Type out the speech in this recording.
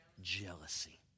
Jealousy